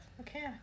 Okay